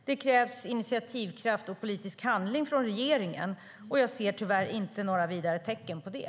Det krävs initiativkraft och politisk handling från regeringen, och jag ser tyvärr inte några vidare tecken på det.